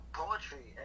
poetry